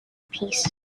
peace